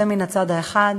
זה מן הצד האחד.